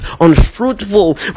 unfruitful